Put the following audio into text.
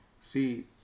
See